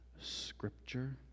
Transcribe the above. Scripture